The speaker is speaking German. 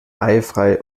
eifrei